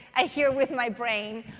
i hear with my brain.